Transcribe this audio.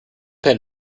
pan